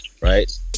right